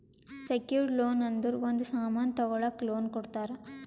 secured loan ಅಂದುರ್ ಒಂದ್ ಸಾಮನ್ ತಗೊಳಕ್ ಲೋನ್ ಕೊಡ್ತಾರ